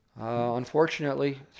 unfortunately